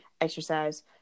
exercise